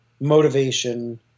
motivation